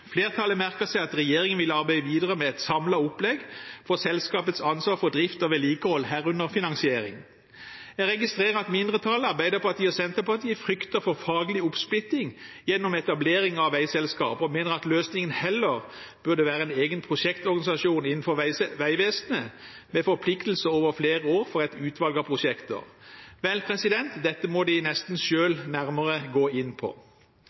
Flertallet merker seg at regjeringen vil arbeide videre med et samlet opplegg for selskapets ansvar for drift og vedlikehold, herunder finansiering. Jeg registrerer at mindretallet, Arbeiderpartiet og Senterpartiet, frykter for faglig oppsplitting gjennom etablering av veiselskaper og mener at løsningen heller burde være en egen prosjektorganisasjon innenfor Vegvesenet, med forpliktelser over flere år for et utvalg av prosjekter. Vel, dette må de nesten selv gå nærmere inn på.